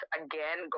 again